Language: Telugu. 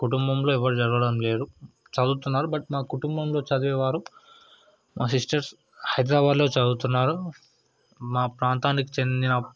కుటుంబంలో ఎవరు చదవడం లేరు చదువుతున్నారు బట్ మా కుటుంబంలో చదివేవారు మా సిస్టర్స్ హైదరాబాదులో చదువుతున్నారు మా ప్రాంతానికి చెందిన